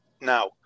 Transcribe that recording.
now